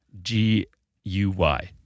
G-U-Y